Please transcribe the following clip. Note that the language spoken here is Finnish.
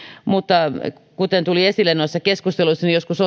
mutta kuten tuli esille noissa keskusteluissa niin joskus